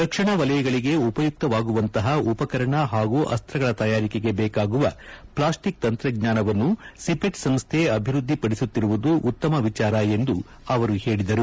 ರಕ್ಷಣಾ ವಲಯಗಳಿಗೆ ಉಪಯುಕ್ತವಾಗುವಂತಹ ಉಪಕರಣ ಹಾಗೂ ಅಸ್ತಗಳ ತಯಾರಿಕೆಗೆ ಬೇಕಾಗುವ ಪ್ಲಾಸ್ಟಿಕ್ ತಂತ್ರಜ್ಞಾನವನ್ನು ಸಿಪೆಟ್ ಸಂಸ್ಥೆ ಅಭಿವೃದ್ದಿಪಡಿಸುತ್ತಿರುವುದು ಉತ್ತಮ ವಿಚಾರ ಎಂದು ಅವರು ಹೇಳಿದರು